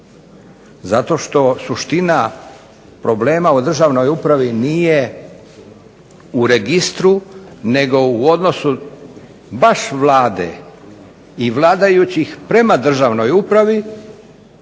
zato što suština problema u državnoj upravi nije u registru, nego u odnosu baš Vlade i vladajućih prema državnoj upravi